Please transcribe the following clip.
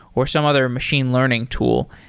or some other machine learning tool.